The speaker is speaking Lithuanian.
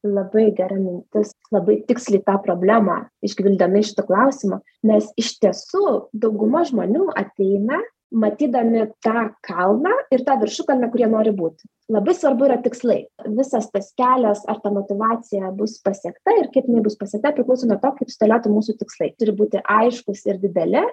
labai gera mintis labai tiksliai tą problemą išgvildenai šito klausimo nes iš tiesų dauguma žmonių ateina matydami tą kalną ir tą viršukalnę kur jie nori būt labai svarbu yra tikslai visas tas kelias ar ta motyvacija bus pasiekta ir kaip jinai bus pasiekta priklauso nuo to kaip sudėlioti mūsų tikslai turi būti aiškūs ir dideli